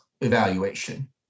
evaluation